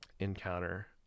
encounter